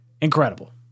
Incredible